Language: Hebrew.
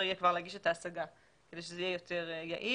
יהיה כבר להגיש את ההשגה כדי שזה יהיה יותר יעיל.